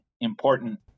important